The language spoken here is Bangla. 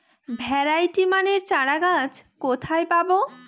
ভ্যারাইটি মানের চারাগাছ কোথায় পাবো?